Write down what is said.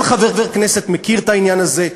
כל חבר כנסת מכיר את העניין הזה.